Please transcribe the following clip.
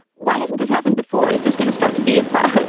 why hasn't this happened before? is this going to start to be a problem?